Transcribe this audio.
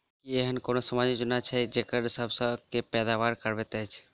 की एहेन कोनो सामाजिक योजना छै जे लड़की सब केँ फैदा कराबैत होइ?